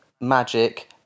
magic